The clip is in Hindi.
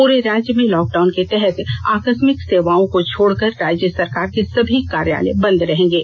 पूरे राज्य में लॉक डाउन के तहत आकास्मिक सेवाओं को छोड़कर राज्य सरकार के सभी कार्यालय बंद रहेंगे